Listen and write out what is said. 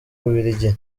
bubiligi